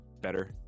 better